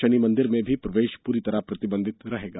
शनि मंदिर में भी प्रवेश पूरी तरह प्रतिबंधित रहेगा